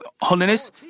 holiness